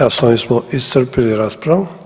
Evo, s ovim smo iscrpili raspravu.